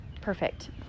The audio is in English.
Perfect